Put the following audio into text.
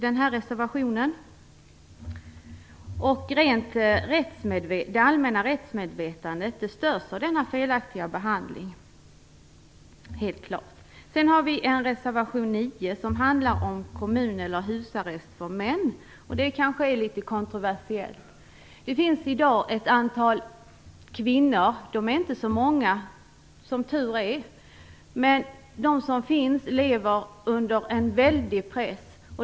Det allmänna rättsmedvetandet störs av denna felaktiga behandling. Reservation 9 handlar om kommun eller husarrest för män. Det är kanske en litet kontroversiell fråga. Det finns i dag ett antal kvinnor - de är inte så många, som tur är - som lever under en väldig press.